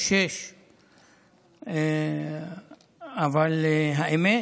06:00. אבל האמת היא